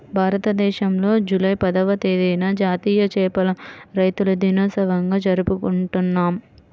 భారతదేశంలో జూలై పదవ తేదీన జాతీయ చేపల రైతుల దినోత్సవంగా జరుపుకుంటున్నాం